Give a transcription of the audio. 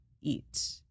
eat